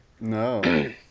No